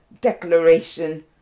Declaration